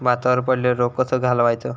भातावर पडलेलो रोग कसो घालवायचो?